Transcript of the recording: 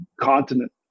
continent